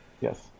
Yes